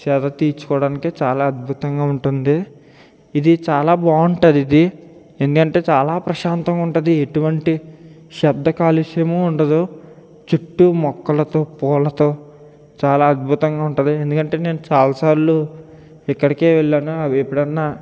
సేద తీర్చుకోవడానికి చాలా అద్భుతంగా ఉంటుంది ఇది చాలా బాగుంటుంది ఇది ఎందుకంటే చాలా ప్రశాంతంగా ఉంటది ఎటువంటి శబ్ద కాలుష్యము ఉండదు చుట్టూ మొక్కలతో పూలతో చాలా అద్భుతంగా ఉంటుంది ఎందుకంటే నేను చాలాసార్లు ఇక్కడికే వెళ్ళాను అవి ఎప్పుడన్నా